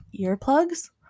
earplugs